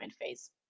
phase